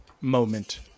moment